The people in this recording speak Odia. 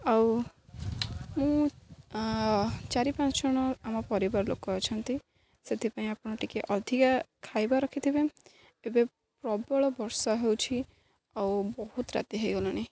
ଆଉ ମୁଁ ଚାରି ପାଞ୍ଚ ଜଣ ଆମ ପରିବାର ଲୋକ ଅଛନ୍ତି ସେଥିପାଇଁ ଆପଣ ଟିକେ ଅଧିକା ଖାଇବା ରଖିଥିବେ ଏବେ ପ୍ରବଳ ବର୍ଷା ହେଉଛି ଆଉ ବହୁତ ରାତି ହେଇଗଲେଣି